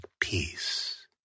peace